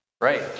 Right